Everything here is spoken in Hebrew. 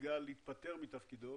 התפטר מתפקידו